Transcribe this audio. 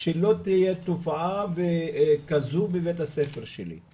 שלא תהיה תופעה כזו בבית הספר שלי.